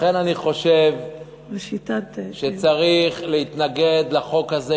לכן אני חושב שצריך להתנגד לחוק הזה,